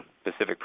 specific